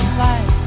life